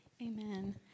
Amen